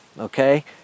Okay